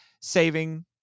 saving